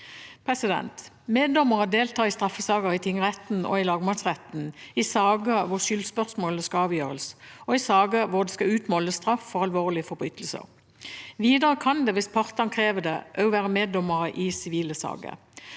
bakgrunn. Meddommere deltar i straffesaker i tingretten og i lagmannsretten i saker hvor skyldspørsmålet skal avgjøres, og i saker hvor det skal utmåles straff for alvorlige forbrytelser. Videre kan det, hvis partene krever det, også være meddommere i sivile saker.